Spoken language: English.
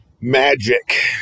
Magic